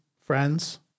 friends